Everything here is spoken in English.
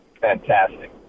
fantastic